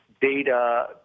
data